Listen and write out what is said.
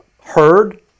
heard